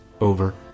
over